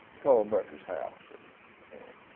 call murphy's house and and